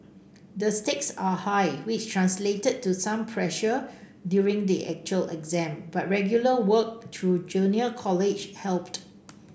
the stakes are high which translated to some pressure during the actual exam but regular work through junior college helped